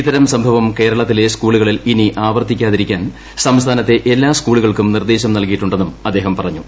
ഇത്തരം സംഭവം ് കേരളത്തിലെ സ്കൂളുകളിൽ ഇനി ആവർത്തിക്കാതിരിക്കാൻ സംസ്ഥാനത്തെ എല്ലാ സ്കൂളുകൾക്കും നിർദേശം നൽകിയിട്ടുന്നെും അദ്ദേഹം പറഞ്ഞു